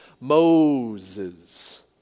Moses